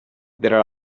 there